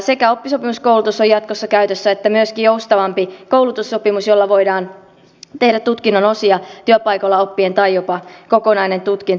jatkossa on käytössä sekä oppisopimuskoulutus että myöskin joustavampi koulutussopimus jolla voidaan tehdä työpaikoilla oppien tutkinnon osia tai jopa kokonainen tutkinto